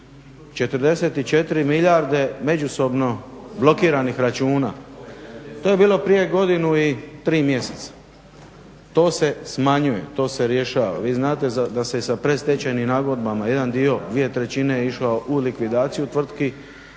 44 milijarde međusobno blokiranih računa. To je bilo prije godinu i tri mjeseca, to se smanjuje, to se rješava. Vi znate da se i sa predstečjanim nagodbama jedan dio 2/3 išao u likvidaciju tvrtki,